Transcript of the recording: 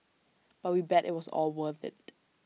but we bet IT was all worth IT